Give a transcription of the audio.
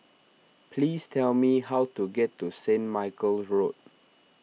please tell me how to get to Saint Michael's Road